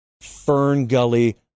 fern-gully